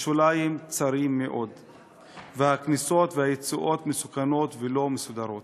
השוליים צרים מאוד והכניסות והיציאות מסוכנות ולא מסודרות.